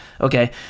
Okay